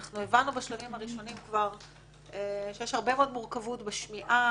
אנחנו הבנו בשלבים הראשונים כבר שיש הרבה מאוד מורכבות בשמיעה,